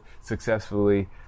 Successfully